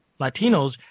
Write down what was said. Latinos